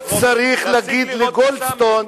לא צריך להעביר לגולדסטון,